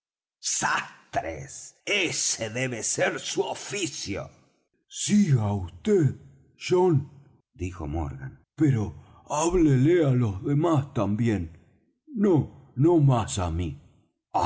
sastres ése debe ser su oficio siga vd john dijo morgan pero háblele á los demás también no no más á mí